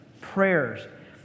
prayers